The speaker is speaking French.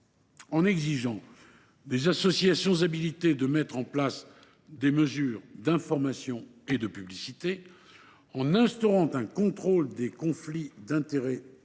loi exige des associations habilitées qu’elles mettent en place des mesures d’information et de publicité ; elle instaure un contrôle des conflits d’intérêts par